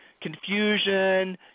confusion